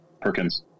Perkins